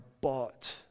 bought